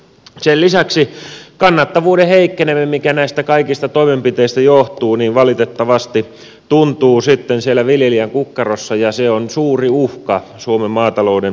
sen lisäksi kannattavuuden heikkeneminen mikä näistä kaikista toimenpiteistä johtuu valitettavasti tuntuu siellä viljelijän kukkarossa ja se on suuri uhka suomen maatalouden tulevaisuudelle